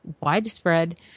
widespread